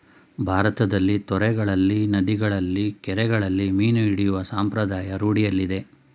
ಭಾರತದಲ್ಲಿ ತೊರೆಗಳಲ್ಲಿ, ನದಿಗಳಲ್ಲಿ, ಕೆರೆಗಳಲ್ಲಿ ಮೀನು ಹಿಡಿಯುವ ಸಂಪ್ರದಾಯ ರೂಢಿಯಿದೆ